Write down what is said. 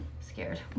scared